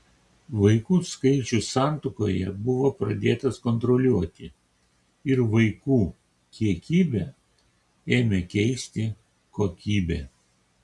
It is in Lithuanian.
vaikų skaičius santuokoje buvo pradėtas kontroliuoti ir vaikų kiekybę ėmė keisti kokybė